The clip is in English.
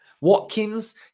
Watkins